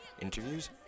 interviews